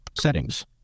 settings